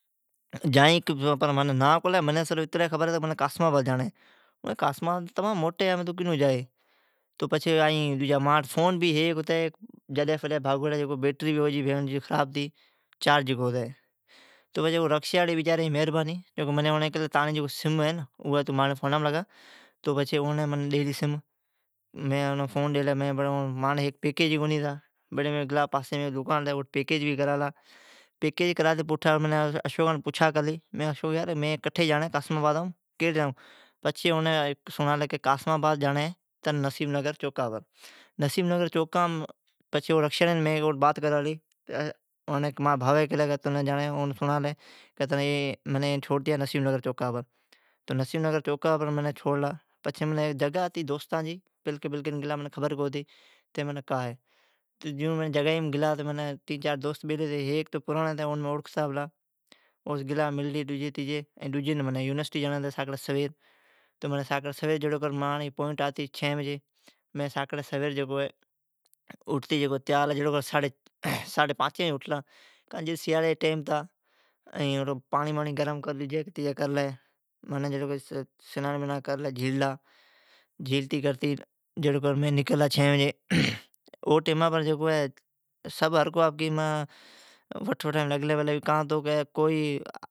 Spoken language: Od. جائین پر منین نا ن کو نی آوی ۔منین اتیری خبر ہے تو منین صرف قاسم آباد جاڑین ہے۔ قاسم آباد تمام موٹی ہے۔ تون کیون جائی، ائین مانٹھ ھیک فون ھتی بھاگوڑیی۔ او رکشاڑی جی مھربانی، اوڑین منین کیلی تانجی سم ہے اوا مانجی فونام لگا ائین مانٹھ پیکیج بھی کونی ھتا۔ پاسیم دکان پلی ھتی اوم مین پیکیج کرالا پیکیج کراتی پوٹھا آلا تو مین اشوکان فون کرتی پچھا کرلی مین کٹھی جاڑین آلا اشوکی منین کیلیاون فون ڈی، مین اون فون ڈیلی اون کیلی این تون چھوڑتیا نسیم نگر چوکا پر۔ اٹھو مین گلا جگائی پر دوستان بھیڑا مین نوان ھتا۔ ھیکین تو مین اوڑکھتا پلا اون مین ھاتھ ڈیلا۔ ائین ڈجی ڈن منین یونیورسٹی جاڑین ھوی ساکڑی سویر ئونیسٹیم ائین مانجی پوئینٹ آتی ساکڑی سویر چھین بجی۔ ائین مین اوٹھلا ساڈھی پانچین بجی سیاڑی جا ٹائیم ھتا مین پاڑین باڑین گرم کرلی جھیللا سنان بنان کرلا ائین مین گلا چھین بجی۔ او ٹیما بر ھرکو آپکی وٹھ ؤٹھائیم لاگلین پلین ھوی۔